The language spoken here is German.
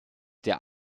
der